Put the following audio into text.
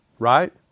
Right